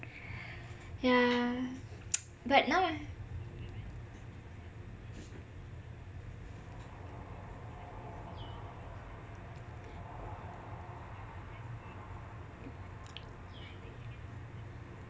yah but now